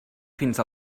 fins